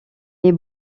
est